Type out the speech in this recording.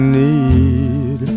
need